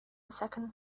second